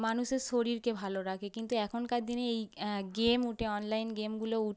মানুষের শরীরকে ভালো রাখে কিন্তু এখনকার দিনে এই গেম উঠে অনলাইন গেমগুলো উঠে